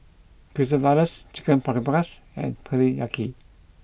Quesadillas Chicken Paprikas and Teriyaki